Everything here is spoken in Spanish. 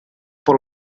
por